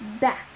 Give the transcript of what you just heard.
back